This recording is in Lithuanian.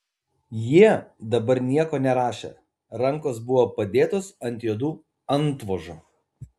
jie dabar nieko nerašė rankos buvo padėtos ant juodų antvožų